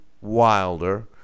Wilder